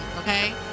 okay